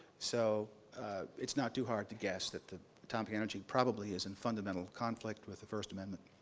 so it's not too hard to guess that the atomic energy probably is in fundamental conflict with the first amendment.